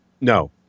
No